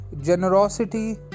generosity